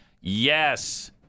Yes